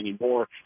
anymore